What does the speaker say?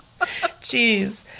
Jeez